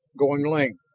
going lame.